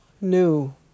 New